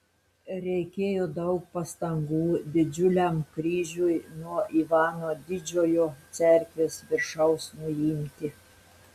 reikėjo daug pastangų didžiuliam kryžiui nuo ivano didžiojo cerkvės viršaus nuimti